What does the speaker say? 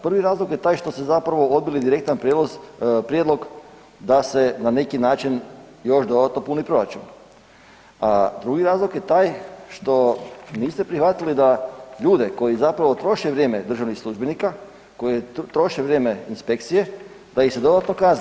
Prvi razlog je taj što se zapravo odbili direktan prijedlog da se na neki način još dodatno puni proračun a drugi razlog je taj što niste prihvatili da ljude koji zapravo troše vrijeme državnih službenika, koji troše vrijeme inspekcije, da ih se dodatno kazni.